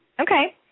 Okay